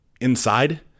Inside